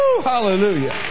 Hallelujah